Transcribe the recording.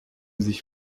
sich